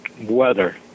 weather